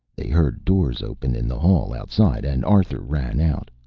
they heard doors open in the hall outside, and arthur ran out.